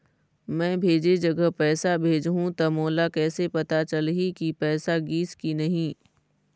मैं भेजे जगह पैसा भेजहूं त मोला कैसे पता चलही की पैसा गिस कि नहीं?